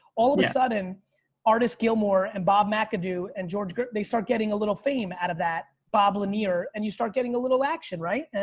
all of a sudden artists gilmore and bob mcadoo and george, they start getting a little fame out of that, bob lanier and you start getting a little action right?